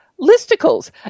listicles